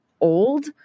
old